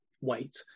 wait